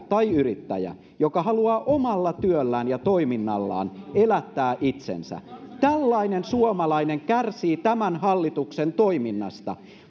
tai yrittäjä joka haluaa omalla työllään ja toiminnallaan elättää itsensä tällainen suomalainen kärsii tämän hallituksen toiminnasta